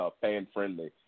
fan-friendly